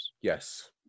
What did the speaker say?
Yes